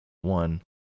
one